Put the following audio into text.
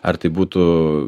ar tai būtų